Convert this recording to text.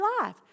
life